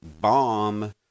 bomb